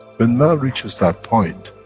when man reaches that point,